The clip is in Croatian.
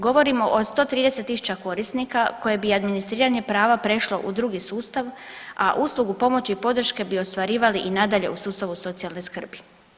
Govorimo o 130 000 korisnika koje bi administriranje prava prešlo u drugi sustav, a uslugu pomoći i podrške bi ostvarivali i nadalje u sustavu socijalne skrbi.